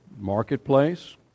marketplace